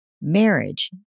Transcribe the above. Marriage